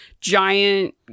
giant